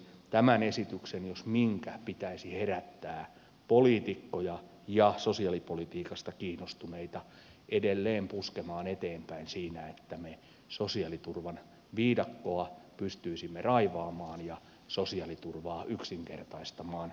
tämän esityksen jos minkä pitäisi herättää poliitikkoja ja sosiaalipolitiikasta kiinnostuneita edelleen puskemaan eteenpäin siinä että me sosiaaliturvan viidakkoa pystyisimme raivaamaan ja sosiaaliturvaa yksinkertaistamaan